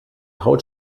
haut